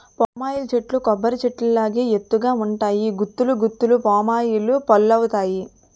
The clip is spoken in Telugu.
పామ్ ఆయిల్ చెట్లు కొబ్బరి చెట్టు లాగా ఎత్తు గ ఉంటాయి గుత్తులు గుత్తులు పామాయిల్ పల్లువత్తాయి